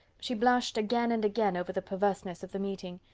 she blushed again and again over the perverseness of the meeting.